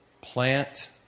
plant